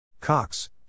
Cox